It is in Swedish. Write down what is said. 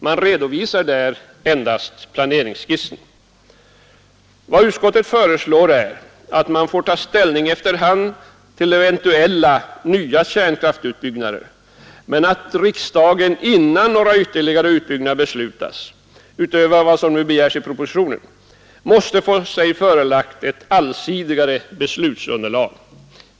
Man redovisar där endast planeringsskissen. Vad utskottet föreslår är att man får ta ställning efter hand till eventuella nya kärnkraftutbyggnader, men att riksdagen innan några ytterligare utbyggnader beslutas — utöver vad som begärs i propositionen — måste få sig förelagt ett allsidigare beslutsunderlag.